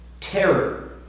terror